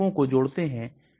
दवा का half life क्या है